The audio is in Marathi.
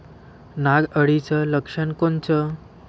नाग अळीचं लक्षण कोनचं?